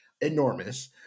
enormous